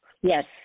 Yes